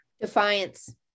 Defiance